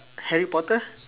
harry-potter